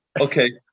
Okay